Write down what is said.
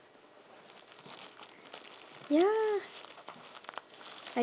ya I